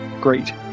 great